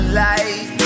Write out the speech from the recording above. light